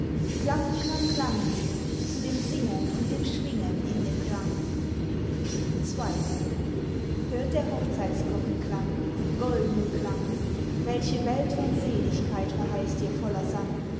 klang klang klang zu dem singen und dem schwingen in dem klang ii hört der hochzeitsglocken klang goldnen klang welche welt von seligkeit verheißt ihr voller sang